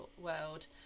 world